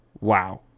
Wow